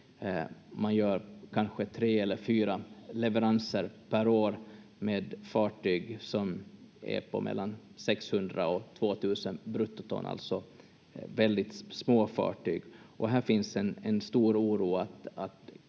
Man gör kanske tre eller fyra leveranser per år med fartyg som är på mellan 600 och 2 000 bruttoton, alltså väldigt små fartyg, och här finns en stor oro